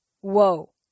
Whoa